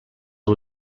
del